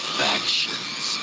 factions